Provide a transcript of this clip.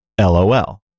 lol